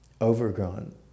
overgrown